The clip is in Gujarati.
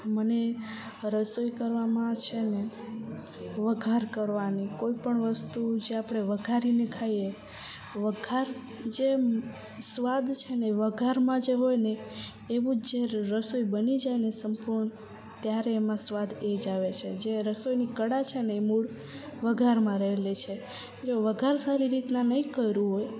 મને રસોઈ કરવામાં છેને વઘાર કરવાની કોઈ પણ વસ્તુ જે આપણે વઘારીને ખાઈએ વઘાર જે સ્વાદ છેને વઘારમાં જે હોયને એવું જ્યારે રસોઈ બની જાયને સંપૂર્ણ ત્યારે એમાં સ્વાદ એ જ આવે છે જે રસોઈની કળા છેને મૂળ વઘારમાં રહેલી છે જો વઘાર સારી રીતના નહીં કરું હોય